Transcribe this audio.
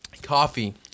coffee